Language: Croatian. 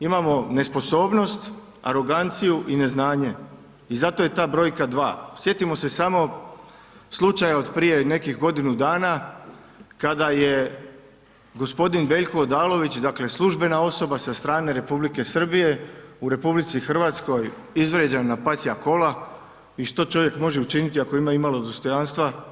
Imamo nesposobnost, aroganciju i neznanje i zato je ta brojka 2. Sjetimo se samo slučaja od prije nekih godinu dana kada je g. Veljko Odalović, dakle službena osoba sa strane Republike Srbije u RH izvrijeđan na pasja kola i što čovjek može učiniti ako ima imalo dostojanstva?